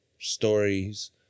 Stories